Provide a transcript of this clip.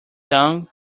tongue